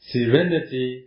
Serenity